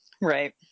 Right